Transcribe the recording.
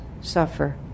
suffer